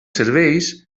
serveis